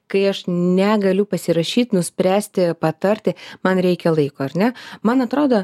kai aš negaliu pasirašyt nuspręsti patarti man reikia laiko ar ne man atrodo